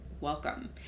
welcome